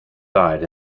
died